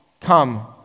come